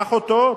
קח אותו,